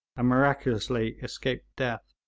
miraculously escaped death.